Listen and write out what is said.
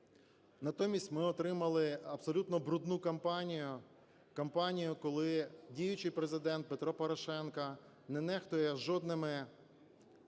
Натомість ми отримали абсолютно брудну кампанію. Кампанію, коли діючий Президент Петро Порошенко не нехтує жодними